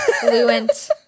fluent